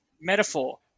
metaphor